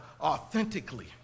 authentically